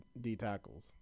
D-tackles